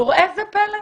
וראה זה פלא,